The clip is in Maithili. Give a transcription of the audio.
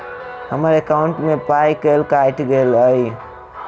हम्मर एकॉउन्ट मे पाई केल काटल गेल एहि